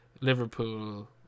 Liverpool